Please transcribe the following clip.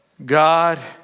God